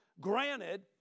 granted